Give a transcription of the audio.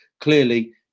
clearly